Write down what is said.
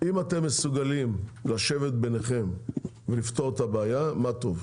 אם אתם מסוגלים לשבת ביניכם ולפתור את הבעיה מה טוב.